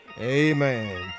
Amen